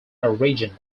origin